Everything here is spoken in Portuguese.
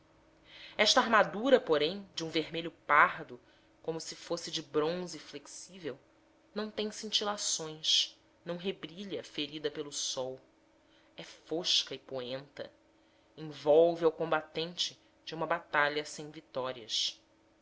esta armadura porém de um vermelho pardo como se fosse de bronze flexível não tem cintilações não rebrilha ferida pelo sol é fosca e poenta envolve ao combatente de uma batalha sem vitórias